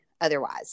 otherwise